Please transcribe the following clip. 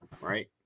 right